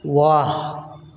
ৱাহ